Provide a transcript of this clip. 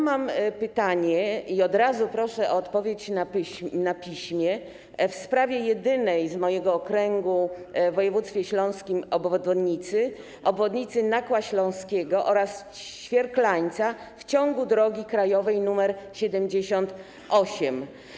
Mam pytanie, i od razu proszę o odpowiedź na piśmie, w sprawie jedynej w moim okręgu w województwie śląskim obwodnicy - obwodnicy Nakła Śląskiego oraz Świerklańca w ciągu drogi krajowej nr 78.